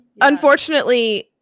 unfortunately